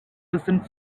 recent